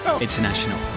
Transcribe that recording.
International